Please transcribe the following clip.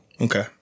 Okay